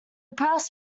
press